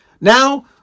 Now